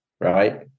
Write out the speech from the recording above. Right